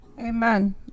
Amen